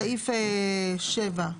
סעיף 7,